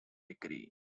decree